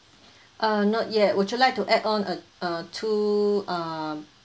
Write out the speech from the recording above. uh not yet would you like to add on a uh two uh